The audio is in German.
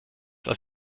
was